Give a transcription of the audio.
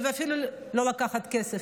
ואפילו לא לקחת כסף,